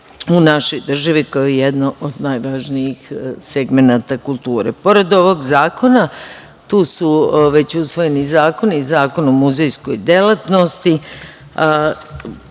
u našoj državi kao jedno od najvažnijih segmenata kulture. Pored ovog zakona, tu su već usvojeni zakoni, Zakon o muzejskoj delatnosti,